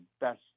best